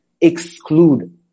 exclude